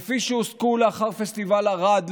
כפי שהוסקו לאחר פסטיבל ערד,